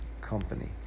company